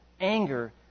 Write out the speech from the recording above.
anger